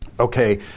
okay